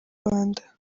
rwanda